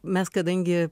mes kadangi